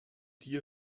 dir